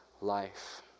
life